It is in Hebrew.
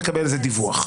מקבל על זה דיווח?